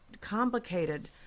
complicated